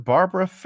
Barbara